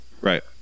Right